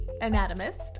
anatomist